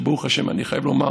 שברוך השם אני חייב לומר